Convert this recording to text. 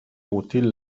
agustín